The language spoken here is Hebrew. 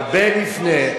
הרבה לפני,